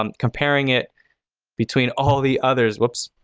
um comparing it between all the others. whoops.